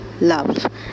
Love